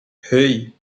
hey